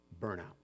burnout